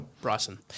Bryson